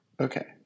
Okay